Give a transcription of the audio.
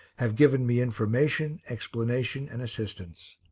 have given me information, explanation and assistance.